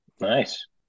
Nice